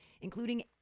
including